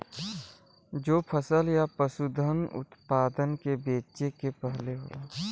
जो फसल या पसूधन उतपादन के बेचे के पहले होला